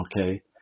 Okay